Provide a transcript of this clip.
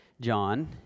John